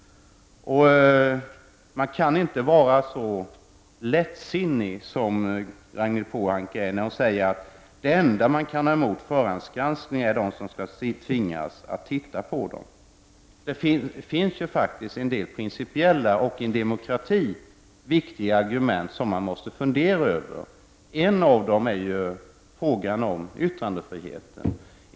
Man kan inte vara så lättsinnig som Ragnhild Pohanka är när hon säger att det enda som man kan ha emot förhandsgranskning är att det är synd om dem som skall tvingas sitta och granska videogrammen. Det finns faktiskt en del principiella och i en demokrati viktiga frågor som man måste fundera över. En av dem är frågan om yttrandefriheten.